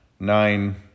Nine